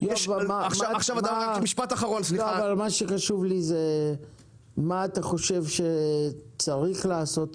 מה שחשוב לי זה מה אתה חושב שצריך לעשות עכשיו?